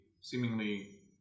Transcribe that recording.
seemingly